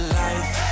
life